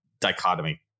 dichotomy